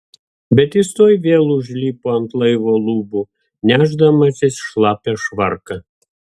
bet jis tuoj vėl užlipo ant laivo lubų nešdamasis šlapią švarką